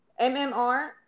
MMR